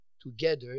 together